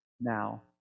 now